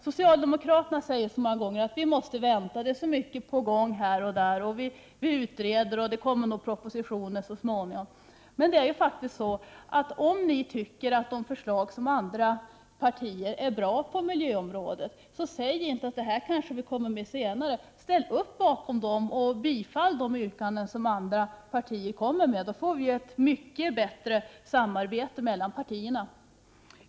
Socialdemokraterna säger många gånger att vi måste vänta, att det är så mycket på gång här och där, att utredningar pågår och att propositioner kommer så småningom. Men om ni tycker att de förslag som andra partier har lagt fram på miljöområdet är bra, säg då inte att ni kanske återkommer med dessa förslag senare. Ställ upp bakom dem och bifall de yrkanden som andra partier lägger fram. Då får vi ett mycket bättre samarbete mellan partierna.